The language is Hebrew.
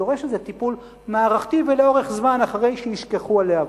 דורש איזה טיפול מערכתי ולאורך זמן אחרי שישככו הלהבות.